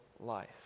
life